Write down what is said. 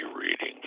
reading